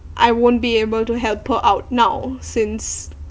I won't be able to help her out now since